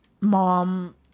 mom